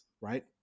right